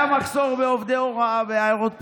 היה מחסור בעובדי הוראה בעיירות פיתוח,